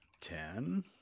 Ten